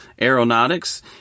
aeronautics